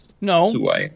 no